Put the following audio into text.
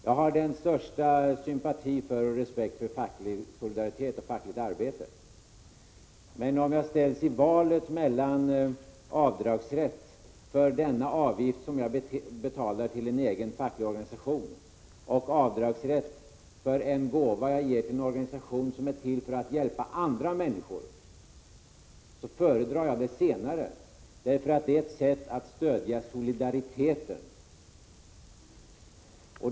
Jag har den största sympati och respekt för facklig solidaritet och fackligt arbete, men om jag ställs i valet mellan avdragsrätt för den avgift som jag betalar till en egen facklig organisation och avdragsrätt för en gåva till en organisation som är till för att hjälpa andra människor, föredrar jag det senare. Det ger en möjlighet att stödja solidariteten.